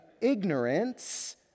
ignorance